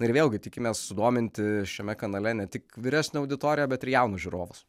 ir vėlgi tikimės sudominti šiame kanale ne tik vyresnę auditoriją bet ir jaunus žiūrovus